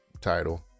title